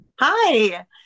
Hi